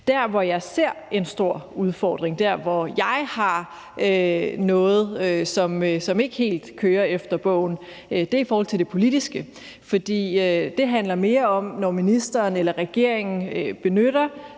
Der, hvor jeg ser en stor udfordring – der, hvor jeg har noget, som ikke helt kører efter bogen – er i forhold til det politiske. For det handler mere om, når ministeren eller regeringen benytter